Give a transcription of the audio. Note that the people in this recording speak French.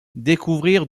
découvrir